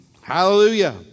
Hallelujah